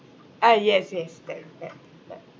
ah yes yes that that that